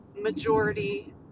majority